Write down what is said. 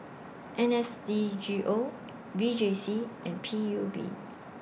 N S D G O V J C and P U B